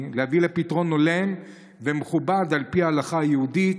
להביא לפתרון הולם ומכובד על פי ההלכה היהודית.